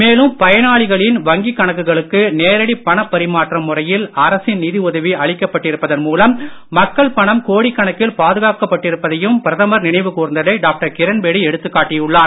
மேலும் பயனாளிகளின் வங்கிக் கணக்குகளுக்கு நேரடி பணப்பரிமாற்றம் முறையில் அரசின் நிதி உதவி அளிக்கப்பட்டிருப்பதன் மூலம் மக்கள் பணம் கோடிக் கணக்கில் பாதுகாக்கப்பட்டிருப்பதையும் பிரதமர் நினைவு கூர்ந்ததை டாக்டர் கிரண்பேடி எடுத்துக் காட்டியுள்ளார்